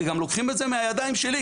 גם לוקחים את זה מהידיים שלי,